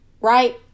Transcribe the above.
Right